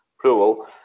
plural